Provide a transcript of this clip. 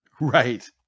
Right